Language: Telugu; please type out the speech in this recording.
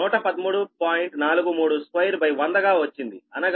432100గా వచ్చింది అనగా 128